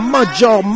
Major